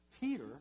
Peter